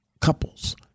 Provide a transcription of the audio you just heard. couples